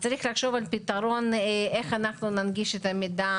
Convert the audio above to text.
אז צריך לחשוב על פתרון איך אנחנו ננגיש את המידע